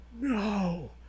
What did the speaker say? no